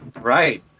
Right